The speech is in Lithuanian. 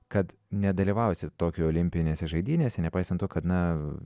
kad nedalyvausit tokijo olimpinėse žaidynėse nepaisant to kad na